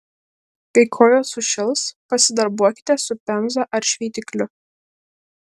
kai kojos sušils pasidarbuokite su pemza ar šveitikliu